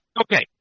Okay